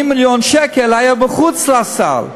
80 מיליון שקל, היה מחוץ לסל.